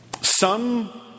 Son